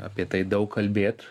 apie tai daug kalbėt